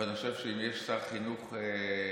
אבל אני חושב שאם יש שר חינוך שלדוגמה